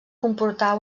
comportar